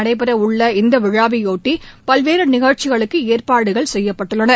நடைபெறவுள்ள இந்த விழாவையொட்டி பல்வேறு நிகழ்ச்சிகளுக்கு ஏற்பாடுகள் முன்று நாட்கள் செய்யப்பட்டுள்ளன